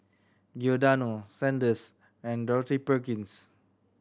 Giordano Sandisk and Dorothy Perkins